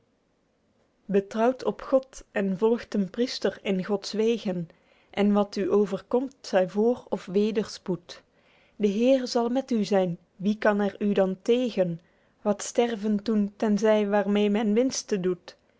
betrouwt op god en volgt den priester in gods wegen en wat u overkomt t zy voor of wederspoed de heer zal met u zyn wie kan er u dan tegen wat sterven toen ten zy waermeê men winste doet